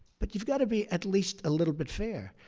but you've got to be at least a little bit fair.